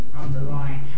underlying